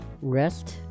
Rest